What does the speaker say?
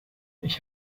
ich